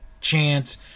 chance